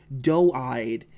doe-eyed